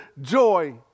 joy